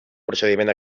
procediment